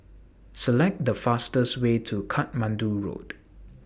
Select The fastest Way to Katmandu Road